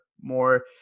more